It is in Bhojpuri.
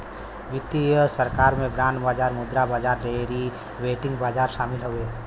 वित्तीय बाजार में बांड बाजार मुद्रा बाजार डेरीवेटिव बाजार शामिल हउवे